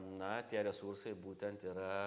na tie resursai būtent yra